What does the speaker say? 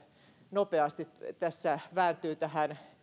nopeasti tässä vääntyvät